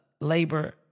labor